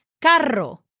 Carro